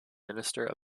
minister